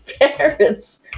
parents